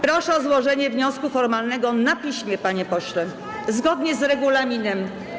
Proszę o złożenie wniosku formalnego na piśmie, panie pośle, zgodnie z regulaminem.